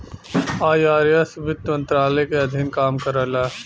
IRS वित्त मंत्रालय के अधीन काम करला